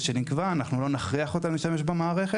שנקבע אנחנו לא נכריח אותם להשתמש במערכת,